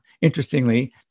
interestingly